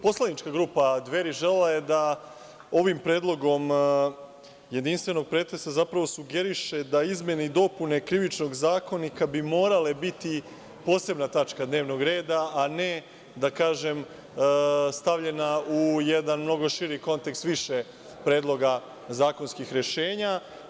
Poslanička grupa Dveri želela je da ovim predlogom jedinstvenog pretresa zapravo sugeriše da izmene i dopune Krivičnog zakonika bi morale biti posebna tačka dnevnog reda, a ne da kažem stavljena u jedan mnogo širi kontekst više predloga zakonskih rešenja.